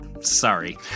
Sorry